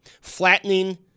flattening